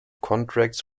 contracts